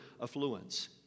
affluence